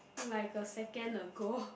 like a second ago